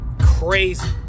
Crazy